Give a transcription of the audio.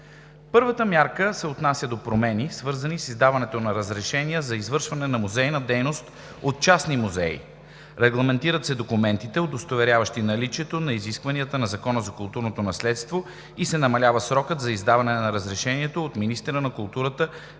Първата мярка се отнася до промени, свързани с издаването на разрешения за извършване на музейна дейност от частни музеи. Регламентират се документите, удостоверяващи наличието на изискванията на Закона за културното наследство и се намалява срокът за издаване на разрешението от министъра на културата